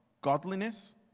godliness